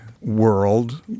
world